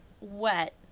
wet